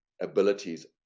abilities